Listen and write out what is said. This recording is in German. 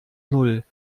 null